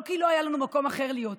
לא כי לא היה לנו מקום אחר להיות בו,